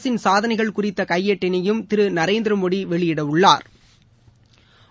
அரசின் சாதனைகள் குறித்த கையேட்டினையும் திரு நரேந்திரமோடி வெளியிடவுள்ளாா்